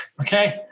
okay